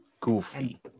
Goofy